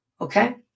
Okay